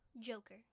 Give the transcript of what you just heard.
Joker